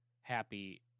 happy